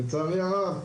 לצערי הרב,